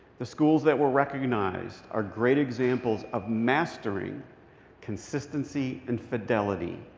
the schools that were recognized are great examples of mastery consistency and fidelity.